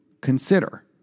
consider